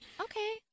Okay